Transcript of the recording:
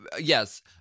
Yes